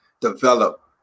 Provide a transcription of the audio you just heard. develop